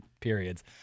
periods